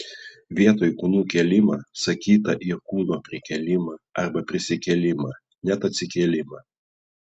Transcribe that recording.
vietoj kūnų kėlimą sakyta ir kūno prikėlimą arba prisikėlimą net atsikėlimą